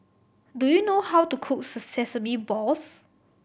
do you know how to cook sesame balls